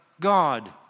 God